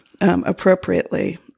appropriately